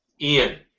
Ian